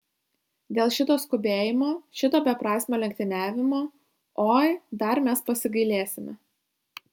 dėl šito skubėjimo šito beprasmio lenktyniavimo oi dar mes pasigailėsime